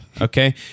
okay